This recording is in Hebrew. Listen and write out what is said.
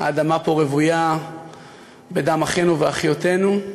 האדמה פה רוויה בדם אחינו ואחיותינו,